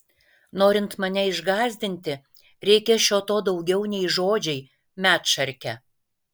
norint mane išgąsdinti reikia šio to daugiau nei žodžiai medšarke